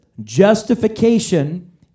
justification